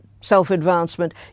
self-advancement